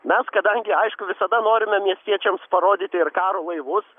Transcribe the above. mes kadangi aišku visada norime miestiečiams parodyti ir karo laivus